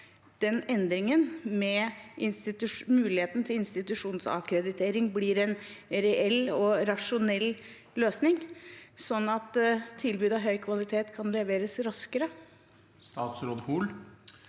at endringen med mulighet til institusjonsakkreditering blir en reell og rasjonell løsning, sånn at tilbud av høy kvalitet kan leveres raskere?